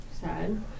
sad